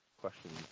questions